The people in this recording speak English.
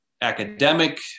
academic